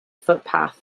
footpath